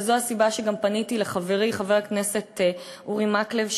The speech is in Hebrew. וזו הסיבה שגם פניתי כבר בשבוע שעבר לחברי חבר הכנסת אורי מקלב,